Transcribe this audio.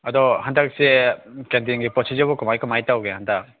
ꯑꯗꯣ ꯍꯟꯗꯛꯁꯦ ꯀꯦꯟꯇꯤꯟꯒꯤ ꯄꯣꯠꯁꯤꯠꯁꯤꯕꯨ ꯀꯃꯥꯏ ꯀꯃꯥꯏ ꯇꯧꯒꯦ ꯍꯟꯗꯛ